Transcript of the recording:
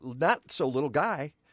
not-so-little-guy